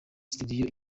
studio